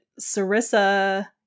Sarissa